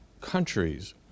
countries